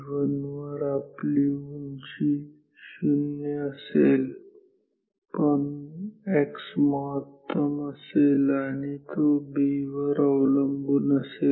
t1 वर आपली उंची शून्य असेल पण x महत्तम असेल आणि तो B वर अवलंबून असेल